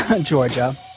Georgia